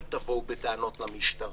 אל תבואו בטענות למשטרה,